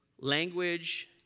Language